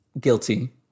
guilty